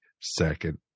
second